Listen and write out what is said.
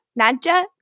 Nadja